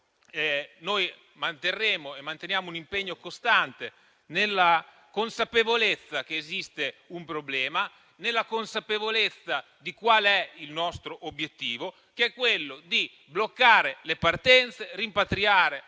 e manterremo un impegno costante, nella consapevolezza che esiste un problema e nella consapevolezza del nostro obiettivo, che è quello di bloccare le partenze, rimpatriare gli immigrati